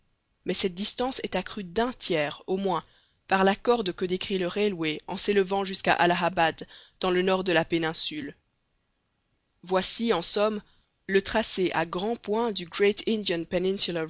mais cette distance est accrue d'un tiers au moins par la corde que décrit le railway en s'élevant jusqu'à allahabad dans le nord de la péninsule voici en somme le tracé à grands points du great